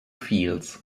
fields